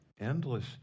endless